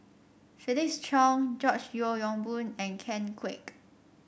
Felix Cheong George Yeo Yong Boon and Ken Kwek